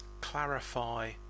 clarify